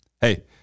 Hey